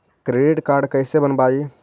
Credit card कैसे बनवाई?